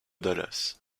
dallas